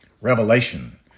revelation